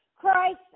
Christ